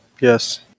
Yes